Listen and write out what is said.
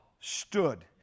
stood